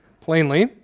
plainly